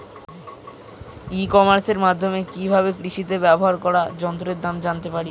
ই কমার্সের মাধ্যমে কি ভাবে কৃষিতে ব্যবহার করা যন্ত্রের দাম জানতে পারি?